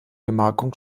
gemarkung